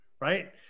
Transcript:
right